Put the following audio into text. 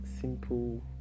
simple